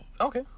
Okay